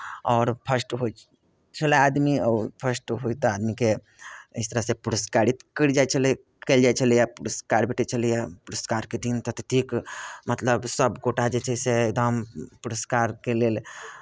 आओर फर्स्ट होइ छलै आदमी आओर फर्स्ट होइ तऽ आदमीके इस तरहसँ पुरस्कृत करी जाइत छलै कयल जाइ छलैए पुरस्कार भेटैत छलैए पुरस्कारके दिन तऽ ततेक मतलब सभ गोटाए जे छै से एकदम पुरस्कारके लेल